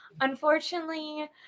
Unfortunately